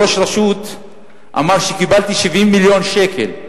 ראש רשות אמר שהוא קיבל 70 מיליון שקל,